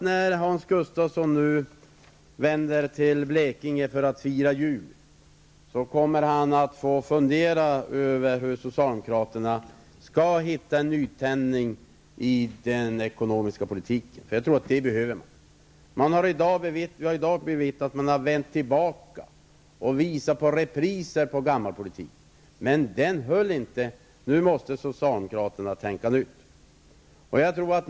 När Hans Gustafsson nu återvänder till Blekinge för att fira jul bör han fundera över hur socialdemokraterna skall åstadkomma en nytändning i sin ekonomiska politik. Jag tror nämligen att de behöver göra det. Vi har i dag fått uppleva repriser på gammal socialdemokratisk politik, men den politiken har som bekant inte hållit. Nu måste socialdemokraterna tänka om.